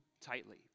tightly